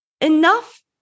enough